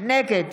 נגד